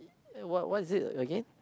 what what is it again